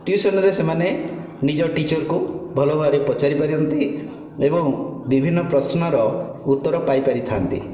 ଟିଉସନରେ ସେମାନେ ନିଜ ଟିଚରକୁ ଭଲ ଭାବରେ ପଚାରି ପାରନ୍ତି ଏବଂ ବିଭିନ୍ନ ପ୍ରଶ୍ନର ଉତ୍ତର ପାଇ ପାରିଥାନ୍ତି